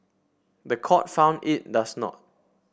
the court found it does not